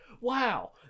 Wow